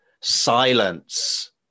silence